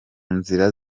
nzira